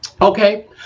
okay